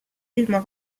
ilma